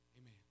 Amen